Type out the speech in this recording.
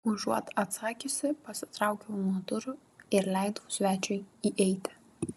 užuot atsakiusi pasitraukiau nuo durų ir leidau svečiui įeiti